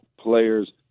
players